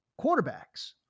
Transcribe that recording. quarterbacks